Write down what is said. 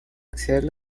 acceder